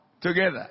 together